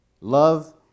Love